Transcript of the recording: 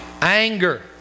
Anger